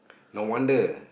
no wonder